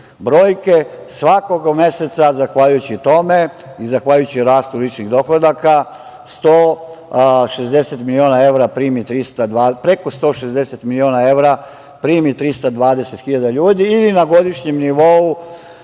brojke, svakog meseca zahvaljujući tome i zahvaljujući rastu ličnih dohodaka preko 160 miliona evra primi 320 hiljada ljudi ili na godišnjem nivou